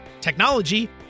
technology